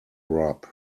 rub